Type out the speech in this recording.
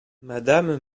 madame